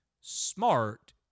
smart